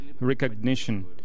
recognition